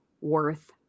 worth